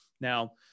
Now